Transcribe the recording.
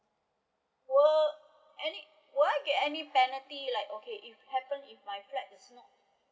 will any will I get any penalty like okay if happen if my flat does not